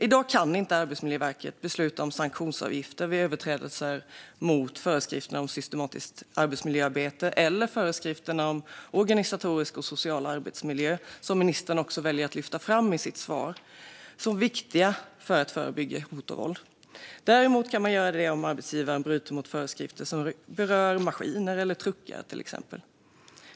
I dag kan inte Arbetsmiljöverket besluta om sanktionsavgifter vid överträdelser mot föreskrifterna om systematiskt arbetsmiljöarbete eller föreskrifterna om organisatorisk och social arbetsmiljö, som ministern också väljer att lyfta fram i sitt svar som viktiga för att förebygga hot och våld. Däremot kan Arbetsmiljöverket göra det om arbetsgivaren bryter mot föreskrifter som berör till exempel maskiner eller truckar.